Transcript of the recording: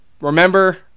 Remember